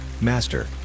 Master